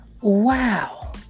Wow